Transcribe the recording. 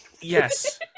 Yes